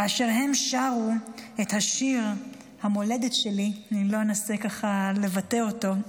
כאשר הם שרו את השיר "המולדת שלי" אני לא אנסה לבטא אותו,